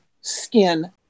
skin